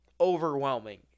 Overwhelming